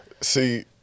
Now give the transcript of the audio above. See